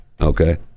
okay